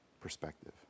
perspective